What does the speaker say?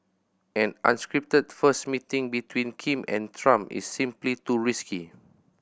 an unscripted first meeting between Kim and Trump is simply too risky